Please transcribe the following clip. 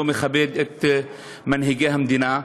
לא מכבד את מנהיגי המדינה,